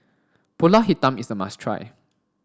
Pulut Hitam is a must try